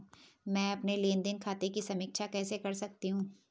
मैं अपने लेन देन खाते की समीक्षा कैसे कर सकती हूं?